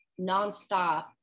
nonstop